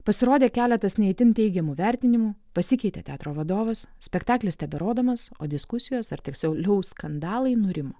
pasirodė keletas ne itin teigiamų vertinimų pasikeitė teatro vadovas spektaklis teberodomas o diskusijos ar tiksliau jų skandalai nurimo